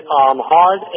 Hard